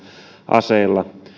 aseilla